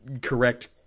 correct